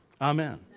Amen